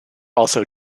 also